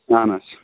اَہَن حظ